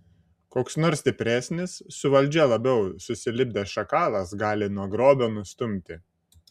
koks nors stipresnis su valdžia labiau susilipdęs šakalas gali nuo grobio nustumti